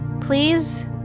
Please